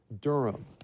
Durham